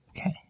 Okay